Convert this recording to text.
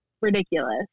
ridiculous